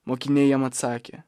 mokiniai jam atsakė